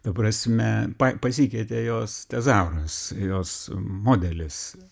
ta prasme pasikeitė jos tezauras jos modelis